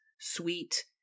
sweet